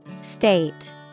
State